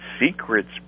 secrets